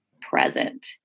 present